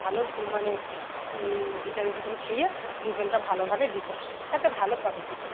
ভালো মানে ভিটামিন ফিটামিন খেয়ে ওজনটা ভালোভাবে দিতে হয় তাতে ভালো প্রফিট আসে